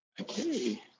Okay